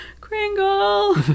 Kringle